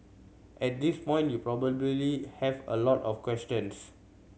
at this point you probably have a lot of questions